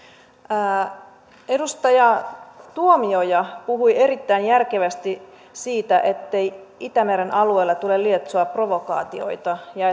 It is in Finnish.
edustaja tuomioja puhui erittäin järkevästi siitä ettei itämeren alueella tule lietsoa provokaatioita ja